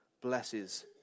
blesses